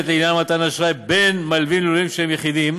לעניין מתן אשראי בין מלווים ללווים שהם יחידים.